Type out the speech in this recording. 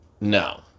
No